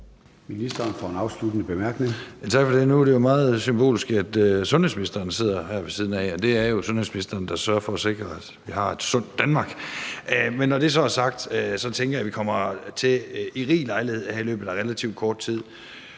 Troels Lund Poulsen (V): Tak for det. Nu er det jo meget symbolsk, at sundhedsministeren sidder her ved siden af, og det er jo sundhedsministeren, der sørger for at sikre, at vi har et sundt Danmark. Men når det så er sagt, tænker jeg, at vi kommer til at få rig lejlighed til her i løbet af relativt kort tid,